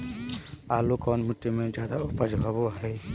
आलू कौन मिट्टी में जादा ऊपज होबो हाय?